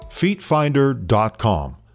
Feetfinder.com